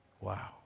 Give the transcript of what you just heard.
Wow